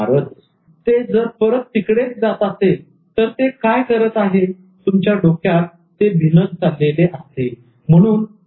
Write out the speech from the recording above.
नंतर ते जर परत तिकडेच जात असेल तर ते काय करत आहे तुमच्या डोक्यात ते भिनत चाललेले असते